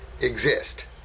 exist